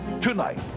Tonight